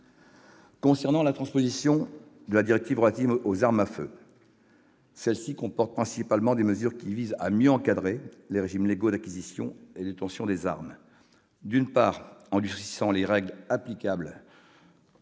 J'en viens à la directive relative aux armes à feu. Elle comporte principalement des mesures visant à mieux encadrer les régimes légaux d'acquisition et de détention des armes, d'une part en durcissant les règles applicables